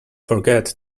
forget